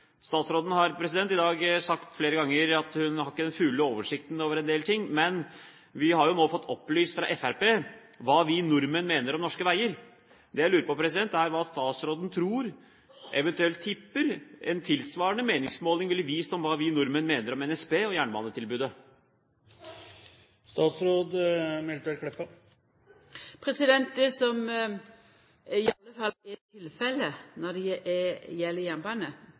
Statsråden har i dag sagt flere ganger at hun ikke har den fulle oversikten over en del ting, men vi har jo nå fått opplyst fra Fremskrittspartiet hva vi nordmenn mener om norske veier. Det jeg lurer på, er hva statsråden tror, eventuelt tipper, en tilsvarende meningsmåling ville vist om hva vi nordmenn mener om NSB og jernbanetilbudet. Det som i alle fall er tilfellet når det